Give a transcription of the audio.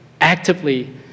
actively